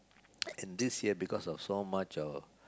and this year because of so much of